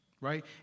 right